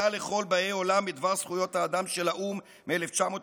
לכל באי עולם בדבר זכויות האדם של האו"ם מ-1948.